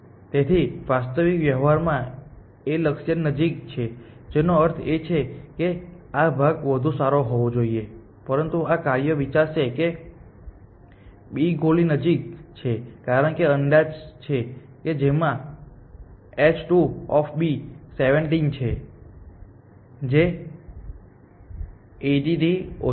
તેથી વાસ્તવિક વ્યવહારમાં A લક્ષ્યની નજીક છે જેનો અર્થ એ છે કે આ ભાગ વધુ સારો હોવો જોઈએ પરંતુ આ કાર્ય વિચારશે કે B ગોલ ની નજીક છે કારણ કે અંદાજ છે કે તેમાં h2 70 છે જે 80 થી ઓછો છે